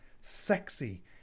sexy